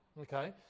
okay